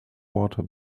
water